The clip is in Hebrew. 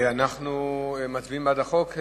אנחנו מצביעים בעד החוק.